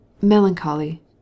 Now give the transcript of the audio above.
melancholy